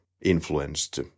influenced